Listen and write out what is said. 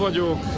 ah you